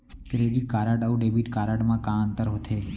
Credit card अऊ debit card मा का अंतर होथे?